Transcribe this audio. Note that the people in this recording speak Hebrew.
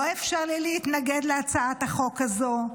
לא אפשר לי להתנגד להצעת החוק הזו,